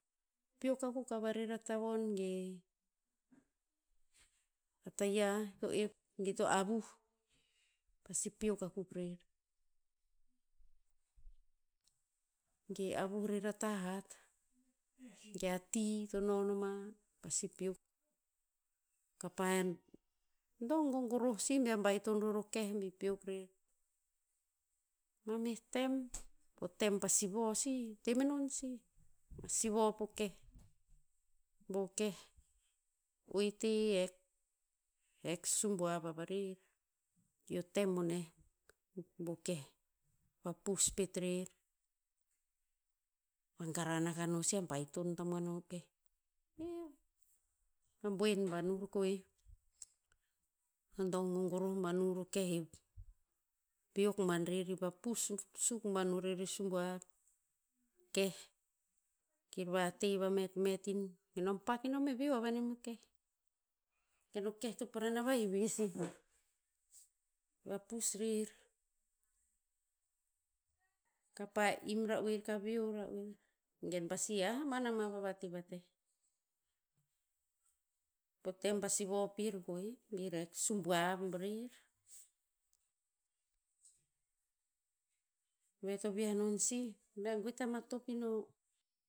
Peok akuk a varer a tavon ge a tayiah ito ep ge to avuh pasi peok akuk rer. Ge avuh rer a tah hat, ge a ti to no ma pasi peok. Kapa dong gogoroh si bear baiton ror o keh bi peok rer. Ma meh tem, po tem pa sivo si, te menon si a sivo po keh. Bo keh, oete hek- hek subuav a varer. I o tem boneh bo keh vapus pet rer. Pa garan akah no si a baiton tamuan o keh. A boen ban nur koheh, dong gogoroh ban ur o keh e, peok ban rer i vapus suk ban urer e subuav. Keh, kir vate vametmet in. Ke nom pak eom he veo a va inem o keh. Gen o keh to parana vaheve sih. Vapus rer. Kapa im ra'oer ka veo ra'oer gen pasi hah aban ama pa vatevateh. Po tem pa sivo pir koeh bi hek subuav rer. Ve to vi'ah non sih, bea goe ta matop ino